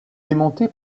démonté